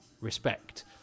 respect